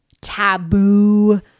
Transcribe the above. taboo